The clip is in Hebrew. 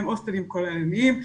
הם הוסטלים כוללניים.